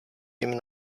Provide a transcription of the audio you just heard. jim